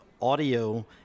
audio